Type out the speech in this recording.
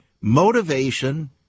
motivation